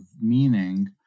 meaning